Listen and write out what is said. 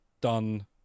done